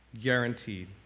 Guaranteed